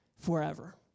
forever